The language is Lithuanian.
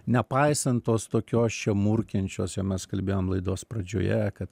nepaisant tos tokios čia murkiančios jo mes kalbėjom laidos pradžioje kad